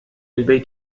البيت